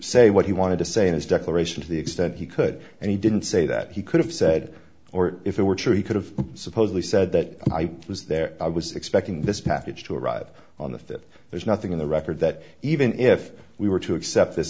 say what he wanted to say in his declaration to the extent he could and he didn't say that he could have said or if it were true he could have supposedly said that i was there i was expecting this package to arrive on the th there's nothing in the record that even if we were to accept this